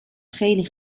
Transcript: خیلی